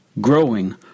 growing